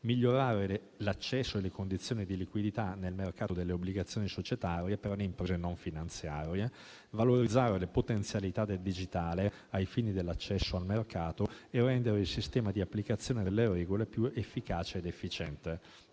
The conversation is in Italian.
migliorare l'accesso alle condizioni di liquidità nel mercato delle obbligazioni societarie per le imprese non finanziarie; valorizzare le potenzialità del digitale ai fini dell'accesso al mercato e rendere il sistema di applicazione delle regole più efficace ed efficiente.